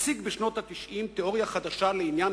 הציג בשנות ה-90 תיאוריה חדשה לעניין